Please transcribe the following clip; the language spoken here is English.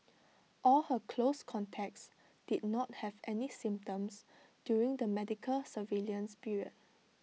all her close contacts did not have any symptoms during the medical surveillance period